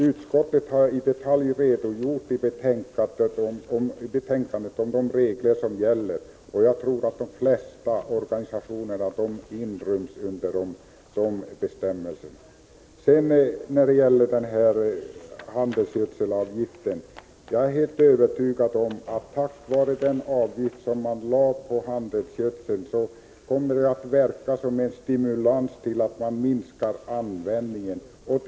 Utskottet har i betänkandet i detalj redogjort för de regler som gäller, och jag tror att de flesta organisationer inryms i dem. Jag är sedan helt övertygad om att den avgift som lades på handelsgödsel kommer att verka som en stimulans till att minska användningen av sådan gödsel.